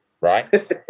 right